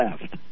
left